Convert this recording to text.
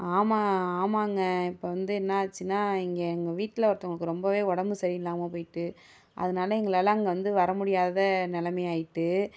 ஆமாம் ஆமாங்க இப்போ வந்து என்ன ஆச்சுன்னா இங்கே எங்கள் வீட்டில் ஒருத்தங்களுக்கு ரொம்பவே உடம்பு சரியில்லாமல் போயிட்டு அதனால் எங்களால் அங்கே வந்து வர முடியாத நிலமை ஆகிட்டு